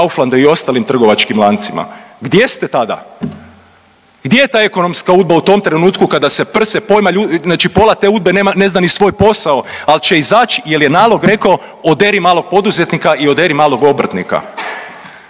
i ostalim trgovačkim lancima? Gdje ste tada? Gdje je ta ekonomska Udba u tom trenutku kada se prse znači pola te Udbe ne zna ni svoj posao al će izać jel je nalog rekao oderi malog poduzetnika i oderi malog obrtnika?